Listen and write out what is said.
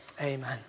amen